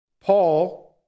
Paul